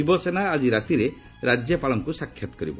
ଶିବସେନା ଆଜି ରାତିରେ ରାଜ୍ୟପାଳଙ୍କୁ ସାକ୍ଷାତ କରିବ